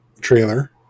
trailer